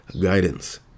guidance